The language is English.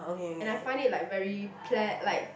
and I find it like very ple~ like